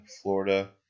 Florida